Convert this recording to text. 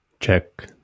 Check